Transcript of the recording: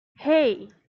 hey